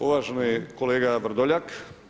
Uvaženi kolega Vrdoljak.